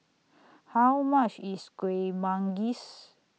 How much IS Kuih Manggis